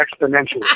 exponentially